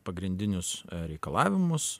pagrindinius reikalavimus